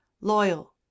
loyal